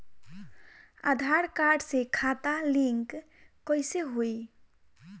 आधार card से खाता link कईसे होई?